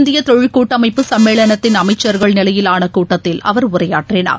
இந்தியதொழில் கூட்டமைப்பு சம்மேளனத்தின் அமைச்சர்கள் நிலையிலானகூட்டத்தில் அவர் உரையாற்றினார்